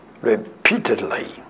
repeatedly